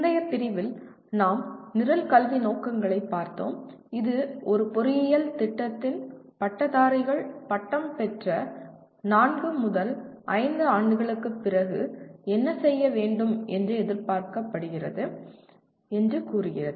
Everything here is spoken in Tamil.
முந்தைய பிரிவில் நாம் நிரல் கல்வி நோக்கங்களைப் பார்த்தோம் இது ஒரு பொறியியல் திட்டத்தின் பட்டதாரிகள் பட்டம் பெற்ற 4 5 ஆண்டுகளுக்குப் பிறகு என்ன செய்ய வேண்டும் என்று எதிர்பார்க்கப்படுகிறது என்று கூறுகிறது